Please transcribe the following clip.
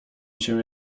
cię